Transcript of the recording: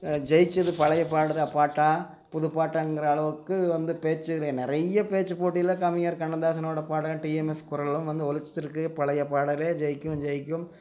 ஜெயித்தது பழையப் பாட்டு தான் பாட்டா புதுப் பாட்டாங்கிற அளவுக்கு வந்து பேச்சில் நிறைய பேச்சுப் போட்டியில் கவிஞர் கண்ணதாசனோடய படம் டிஎம்எஸ் குரலும் வந்து ஒலித்திருக்கு பழையப் பாடலே ஜெயிக்கும் ஜெயிக்கும்